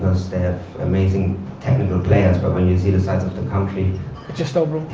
they have amazing technical players but when you see the size of the country it's just no room,